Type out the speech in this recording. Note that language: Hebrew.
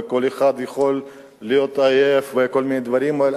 וכל אחד יכול להיות עייף וכל מיני דברים.